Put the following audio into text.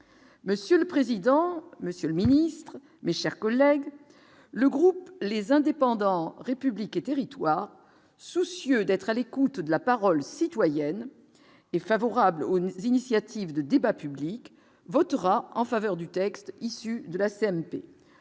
monsieur le président, Monsieur le ministre mais, chers collègues, le groupe les indépendants républiques et territoires soucieux d'être à l'écoute de la parole citoyenne favorable aux 9 initiative de débat public votera en faveur du texte issu de la CMP,